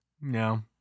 No